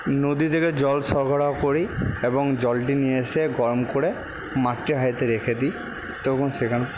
নদী থেকে জল সরবরাহ করি এবং জলটি নিয়ে এসে গরম করে মাটির হাঁড়িতে রেখে দিই সেখান